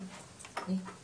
זו אחת המשימות שלכם.